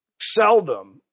seldom